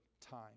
time